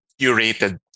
curated